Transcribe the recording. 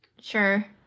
Sure